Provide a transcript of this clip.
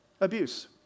Abuse